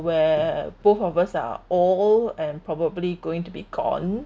where both of us are old and probably going to be gone